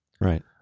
Right